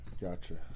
Gotcha